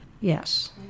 Yes